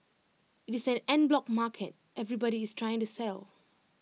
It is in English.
IT is an en bloc market everybody is trying to sell